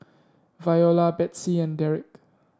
Viola Betsey and Dereck